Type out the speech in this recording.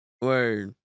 Word